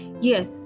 yes